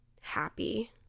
happy